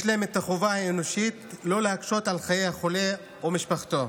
יש להם את החובה האנושית לא להקשות על חיי החולה או משפחתו.